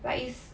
like is